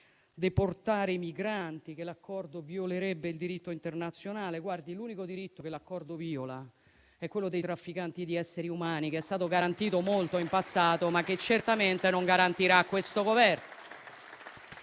deportare i migranti, che l'accordo violerebbe il diritto internazionale. Ma vedete: l'unico diritto che l'accordo viola è quello dei trafficanti di esseri umani, che è stato garantito molto in passato, ma che certamente non garantirà questo Governo.